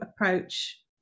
approach